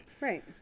Right